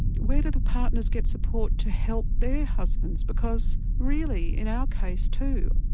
where do the partners get support to help their husbands because really in our case too,